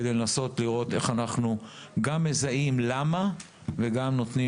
כדי גם לנסות לראות למה וגם לראות איך נותנים